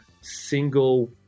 single